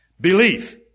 Belief